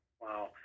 Wow